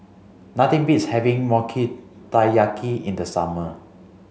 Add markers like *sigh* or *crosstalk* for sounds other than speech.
nothing beats having *unintelligible* Taiyaki in the summer